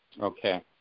Okay